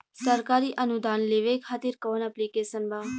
सरकारी अनुदान लेबे खातिर कवन ऐप्लिकेशन बा?